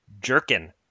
Jerkin